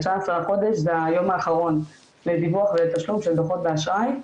ה-19 לחודש זה היום האחרון לדיווח ותשלום של דו"חות האשראי,